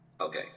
Okay